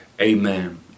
Amen